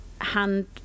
Hand